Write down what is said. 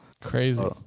crazy